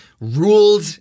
ruled